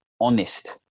honest